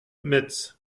metz